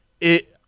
it-